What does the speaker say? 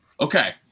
Okay